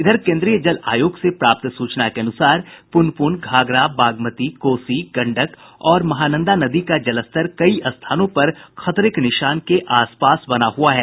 इधर केन्द्रीय जल आयोग से प्राप्त सूचना के अनुसार पुनपुन घाघरा बागमती कोसी गंडक और महानंदा नदी का जलस्तर कई स्थानों पर खतरे के निशान के आसपास बना हुआ है